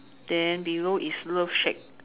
then below is love shack